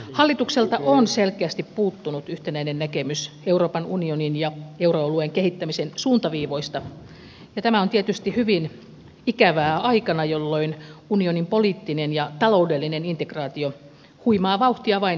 hallitukselta on selkeästi puuttunut yhtenäinen näkemys euroopan unionin ja euroalueen kehittämisen suuntaviivoista ja tämä on tietysti hyvin ikävää aikana jolloin unionin poliittinen ja taloudellinen integraatio huimaa vauhtia vain syvenee